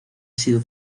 sido